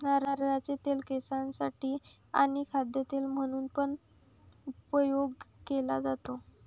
नारळाचे तेल केसांसाठी आणी खाद्य तेल म्हणून पण उपयोग केले जातो